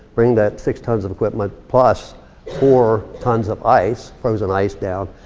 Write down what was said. bring that six tons of equipment, plus four tons of ice, frozen ice down.